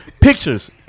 Pictures